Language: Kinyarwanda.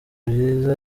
byiza